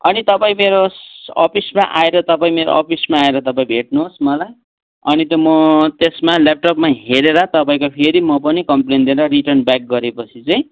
अनि तपाईँ मेरो अफिसमा आएर तपाईँ मेरो अफिसमा आएर तपाईँ भेट्नुहोस् मलाई अनि त म त्यस्मा ल्यापटपमा हेरेर तपाईँको फेरि म पनि कम्प्लेन दिएर रिटर्न ब्याक गरेपछि चाहिँ